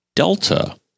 Delta